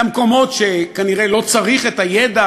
למקומות שכנראה לא צריך בהם את הידע,